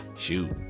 shoot